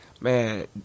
man